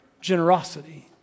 generosity